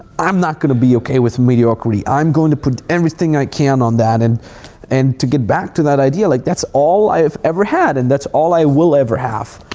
i'm not gonna be okay with mediocrity. i'm going to put everything i can on that. and and to get back to that idea, like that's all i've ever had and that's all i will ever have.